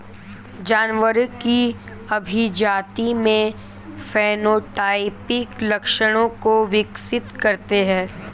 जानवरों की अभिजाती में फेनोटाइपिक लक्षणों को विकसित करते हैं